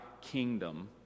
kingdom